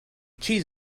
cheese